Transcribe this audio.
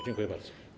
Dziękuję bardzo.